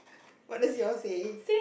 what does yours say